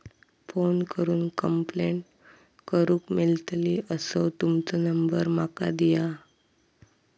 Phone करून complaint करूक मेलतली असो तुमचो नंबर माका दिया?